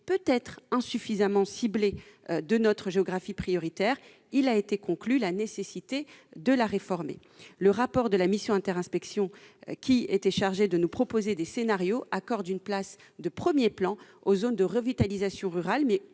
sédimenté, insuffisamment ciblé peut-être de notre géographie prioritaire, il a été conclu à la nécessité de la réformer. Le rapport de la mission inter-inspections, qui était chargée de nous proposer des scénarios, accorde une place de premier plan aux zones de revitalisation rurale,